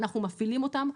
אנחנו מפעילים אותן,